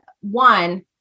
One